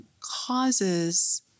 causes